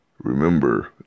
Remember